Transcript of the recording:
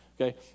Okay